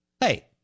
hey